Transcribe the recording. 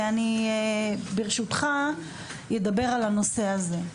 אני ברשותך אדבר על הנושא הזה.